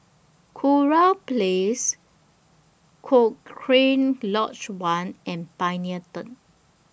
Kurau Place Cochrane Lodge one and Pioneer Turn